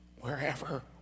wherever